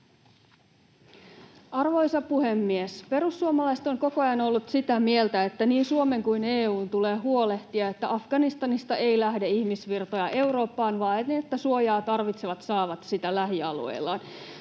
Arvoisa puhemies! Perussuomalaiset ovat koko ajan olleet sitä mieltä, että niin Suomen kuin EU:nkin tulee huolehtia siitä, että Afganistanista ei lähde ihmisvirtoja Eurooppaan vaan että suojaa tarvitsevat saavat sitä lähialueillaan.